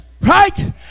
right